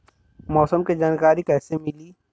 मौसम के जानकारी कैसे मिली?